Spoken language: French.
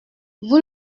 vous